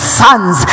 sons